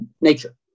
nature